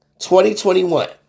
2021